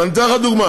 אני אתן לך דוגמה